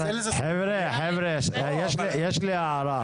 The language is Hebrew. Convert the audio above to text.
יש לי הערה.